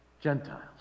Gentiles